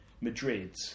Madrid